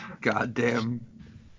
Goddamn